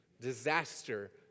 disaster